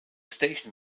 station